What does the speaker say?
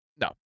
no